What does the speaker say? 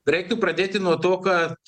reiktų pradėti nuo to kad